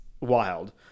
wild